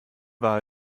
war